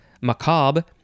Macabre